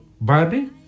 body